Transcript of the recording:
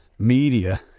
media